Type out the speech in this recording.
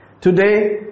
Today